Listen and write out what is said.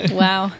wow